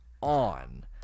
on